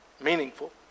meaningful